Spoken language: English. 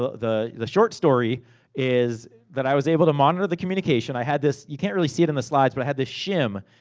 the the short story is that i was able to monitor the communication. i had this, you can't really see it in the slides, but i had this shim,